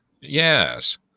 Yes